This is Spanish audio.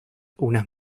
unas